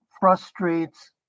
frustrates